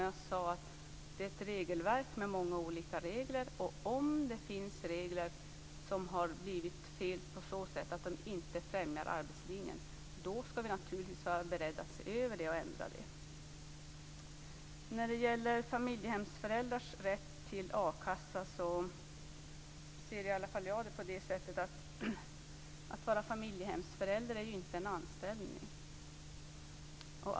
Jag sade att det är ett regelverk med många olika regler, och om det finns regler som har blivit fel såtillvida att de inte främjar arbetslinjen skall vi naturligtvis vara beredda att se över och ändra detta. När det gäller familjehemsföräldrars rätt till akassa ser i alla fall jag det på det sättet att det inte är en anställning att vara familjehemsförälder.